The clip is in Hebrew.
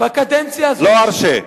לא ארשה.